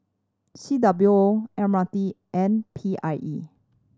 C W O M R T and P I E